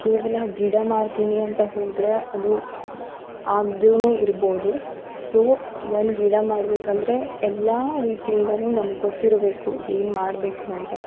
ಕೇವಲ ಗಿಡ ಮಾಡ್ತೀನಿ ಅಂತ ಹೋದರೆ ಅದು ಆಗ್ದೇನೆ ಇರ್ಬೋದು ಸೊ ಒಂದು ಗಿಡ ಮಾಡ್ಬೇಕು ಅಂದರೆ ಎಲ್ಲ ರೀತಿಯಿಂದಲೂ ನಮ್ಗೆ ಗೊತ್ತಿರಬೇಕು ಏನು ಮಾಡಬೇಕು ಅಂತ